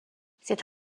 cette